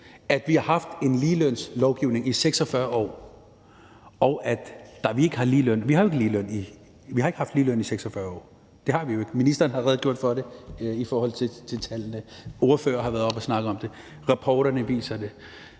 at vi har haft en ligelønslovgivning i 46 år, og at vi ikke har ligeløn. Vi har ikke haft ligeløn i 46 år. Det har vi jo ikke. Ministeren har redegjort for det i forhold til tallene; ordførere har været heroppe og snakke om det; rapporterne viser det.